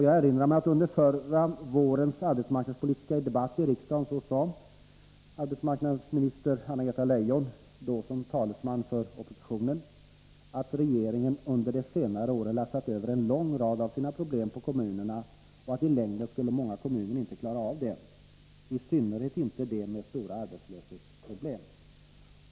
Jag erinrar mig att Anna-Greta Leijon under förra vårens arbetsmarknadspolitiska debatt i riksdagen — då som talesman för oppositionen — sade att regeringen under de senaste åren lassat över en lång rad av sina problem på kommunerna och att många kommuner i längden inte skulle klara av saken, i synnerhet inte de med stora arbetslöshetsproblem.